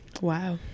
wow